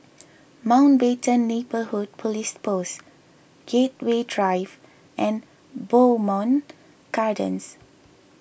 Mountbatten Neighbourhood Police Post Gateway Drive and Bowmont Gardens